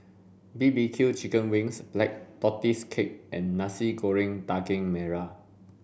B B Q chicken wings black tortoise cake and Nasi Goreng Daging Merah